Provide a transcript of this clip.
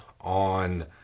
on